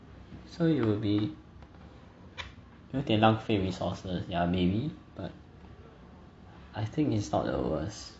so it would be 有点浪费 resources ya maybe but I think is not the worse